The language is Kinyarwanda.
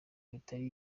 bitari